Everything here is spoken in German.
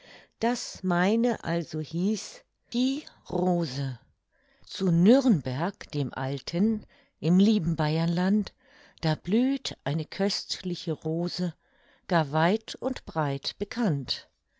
das meine also heißt die rose zu nürnberg dem alten im lieben bayerland da blüht eine köstliche rose gar weit und breit bekannt